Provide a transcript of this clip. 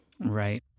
Right